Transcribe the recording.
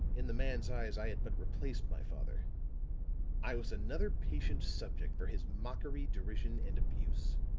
in the man's eyes, i had but replaced my father i was another patient subject for his mockery, derision and abuse.